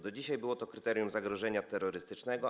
Do dzisiaj było to według kryterium zagrożenia terrorystycznego.